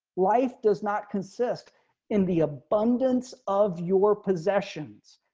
life does not consist in the abundance of your possessions,